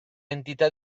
entità